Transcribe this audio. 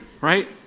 right